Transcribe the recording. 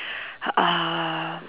uh